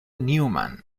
neumann